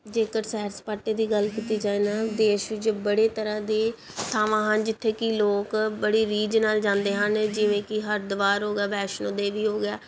ਜੇਕਰ ਸੈਰ ਸਪਾਟੇ ਦੀ ਗੱਲ ਕੀਤੀ ਜਾਵੇ ਨਾ ਦੇਸ਼ ਵਿੱਚ ਬੜੇ ਤਰ੍ਹਾਂ ਦੇ ਥਾਵਾਂ ਹਨ ਜਿੱਥੇ ਕਿ ਲੋਕ ਬੜੇ ਰੀਝ ਨਾਲ ਜਾਂਦੇ ਹਨ ਜਿਵੇਂ ਕਿ ਹਰਿਦੁਆਰ ਹੋ ਗਿਆ ਵੈਸ਼ਨੋ ਦੇਵੀ ਹੋ ਗਿਆ